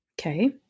Okay